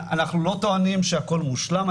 אנחנו לא טוענים שהכול מושלם.